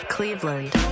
Cleveland